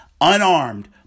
Unarmed